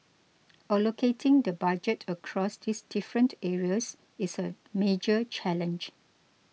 allocating the Budget across these different areas is a major challenge